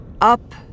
up